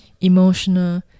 emotional